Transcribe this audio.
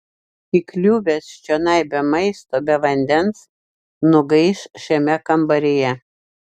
įkliuvęs čionai be maisto be vandens nugaiš šiame kambaryje